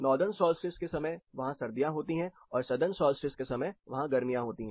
northern solstice के समय वहां सर्दियां होती हैं और सदर्न सॉल्स्टिस के समय वहां गर्मियां होती है